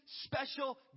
special